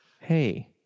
Hey